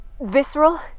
Visceral